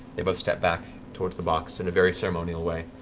they both step back towards the box in a very ceremonial way.